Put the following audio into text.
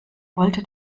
wollte